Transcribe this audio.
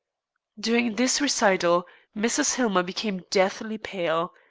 during this recital mrs. hillmer became deathly pale.